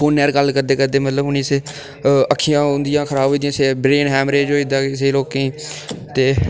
फोनै र गल्ल करदे करदे मतलब उ'ने ईं सिरफ अक्खियां उं'दियां खराब होई जंदियां स ब्रेन हैमरेज होई जंदा कुसै लोकें गी ते